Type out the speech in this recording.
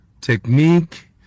technique